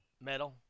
Metal